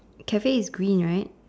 Cafe is green right